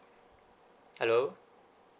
hello